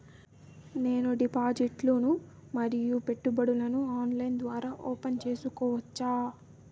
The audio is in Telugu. నేను డిపాజిట్లు ను మరియు పెట్టుబడులను ఆన్లైన్ ద్వారా ఓపెన్ సేసుకోవచ్చా?